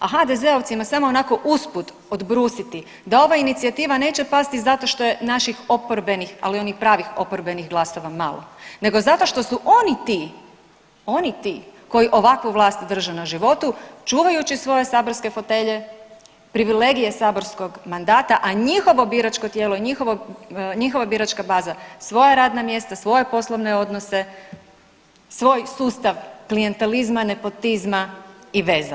A HDZ-ovcima samo onako usput odbrusiti da ova inicijativa neće pasti zato što je naših oporbenih, ali onih pravih oporbenih glasova malo nego zato što su oni ti, oni ti koji ovakvu vlast drže na životu čuvajući svoje saborske fotelje, privilegije saborskog mandata, a njihovo biračko tijelo i njihova biračka baza svoja radna mjesta, svoje poslovne odnose, svoj sustav klijentelizma, nepotizma i veza.